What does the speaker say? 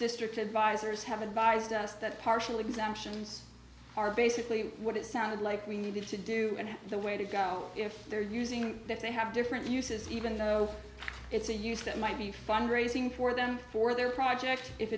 district advisors have advised us that partial exemptions are basically what it sounded like we needed to do and the way to go if they're using if they have different uses even though it's a use that might be fund raising for them for their project if